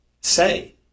say